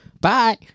Bye